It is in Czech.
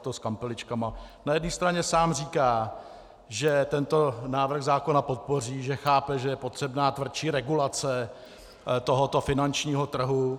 Na jedné straně sám říká, že tento návrh zákona podpoří, že chápe, že je potřebná tvrdší regulace tohoto finančního trhu.